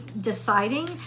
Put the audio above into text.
deciding